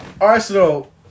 Arsenal